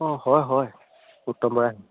অঁ হয় হয় উত্তম বৰা